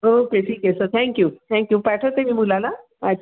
okay ठीक आहे sir thank you thank you पाठवते मी मुलाला अच्छा थँक